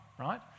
right